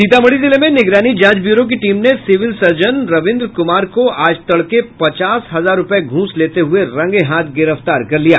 सीतामढ़ी जिले में निगरानी जांच ब्यूरो की टीम ने सिविल सर्जन रविंद्र कुमार को आज तड़के पचास हजार रूपये घूस लेते हुये रंगेहाथ गिरफ्तार कर लिया